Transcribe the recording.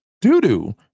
doo-doo